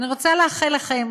אני רוצה לאחל לכם,